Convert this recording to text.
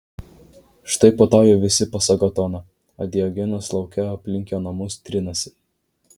štai puotauja visi pas agatoną o diogenas lauke aplink jo namus trinasi